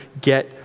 get